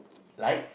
like